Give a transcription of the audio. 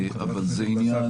אבל הוא עניין